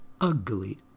ugly